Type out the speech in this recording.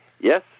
Yes